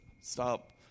stop